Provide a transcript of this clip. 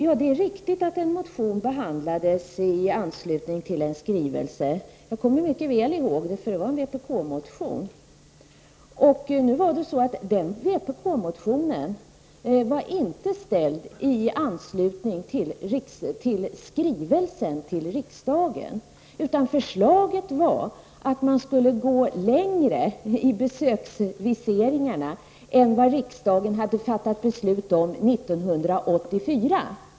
Ja, det är riktigt att en motion behandlades i anslutning till en skrivelse. Jag kommer mycket väl ihåg detta, för det var en vpk-motion. Den vpk-motionen var inte väckt i anslutning till skrivelsen till riksdagen, utan förslaget var att man skulle gå längre i besöksviseringarna än vad riksdagen hade fattat beslut om 1984.